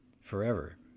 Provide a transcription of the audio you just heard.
forever